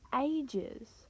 ages